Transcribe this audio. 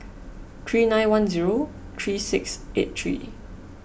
three nine one zero three six eight three